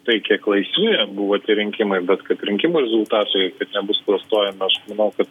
tai kiek laisvi buvo tie rinkimai bet kad rinkimų rezultatai nebus klastojami aš manau kad